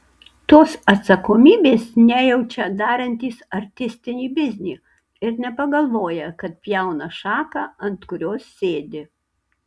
tos atsakomybės nejaučia darantys artistinį biznį ir nepagalvoja kad pjauna šaką ant kurios sėdi